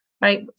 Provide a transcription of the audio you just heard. right